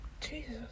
jesus